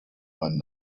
one